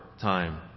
time